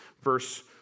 verse